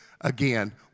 again